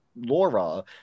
Laura